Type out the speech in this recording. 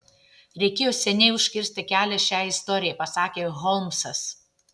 reikėjo seniai užkirsti kelią šiai istorijai pasakė holmsas